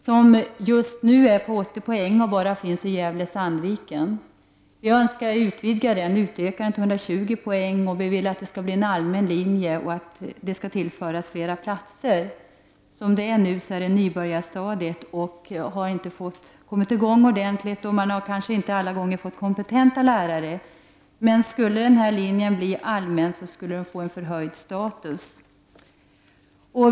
Just nu omfattar denna utbildning 80 poäng och den finns bara i Gävle/Sandviken. Vi önskar utöka denna utbildning till att omfatta 120 poäng. Vi vill att det skall bli en allmän linje och att det skall tillföras fler platser. Nu bedrivs undervisning enbart på nybörjarstadiet. Man har inte kommit i gång ordentligt och kanske inte alla gånger fått kompetenta lärare. Men om den här linjen blir allmän, skulle den få en förhöjd status.